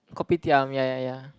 Kopitiam ya ya ya